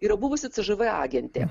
yra buvusi cžv agentė